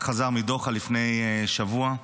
הוא רק חזר מדוחא לפני שבוע.